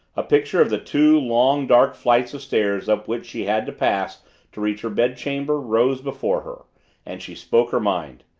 a picture of the two long, dark flights of stairs up which she had to pass to reach her bedchamber rose before her and she spoke her mind.